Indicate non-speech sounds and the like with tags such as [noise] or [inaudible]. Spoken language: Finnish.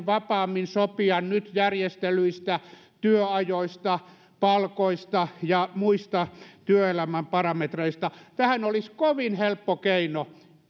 [unintelligible] vapaammin sopia nyt järjestelyistä työajoista palkoista ja muista työelämän parametreista tähän olisi kovin helppo keino